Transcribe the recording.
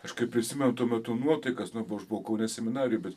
aš kai prisimenu tuo metu nuotaikas na aš buvau kaune seminarijoj bet